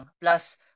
Plus